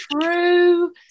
true